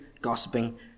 gossiping